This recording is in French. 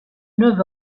neuf